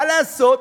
מה לעשות.